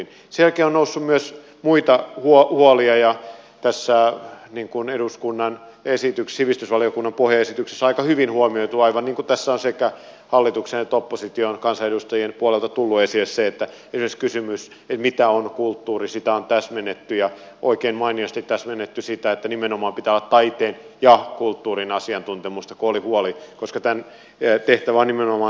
sen jälkeen on noussut myös muita huolia ja jossa niin kun eduskunnan esi tässä sivistysvaliokunnan pohjaesityksessä on aika hyvin huomioitu aivan niin kuin tässä on sekä hallituksen että opposition kansanedustajien puolelta tullut esille se että esimerkiksi kysymystä mitä on kulttuuri on täsmennetty ja oikein mainiosti täsmennetty sitä että nimenomaan pitää olla taiteen ja kulttuurin asiantuntemusta kun siitä oli huoli koska tämän tehtävä on nimenomaan taiteen edistäminen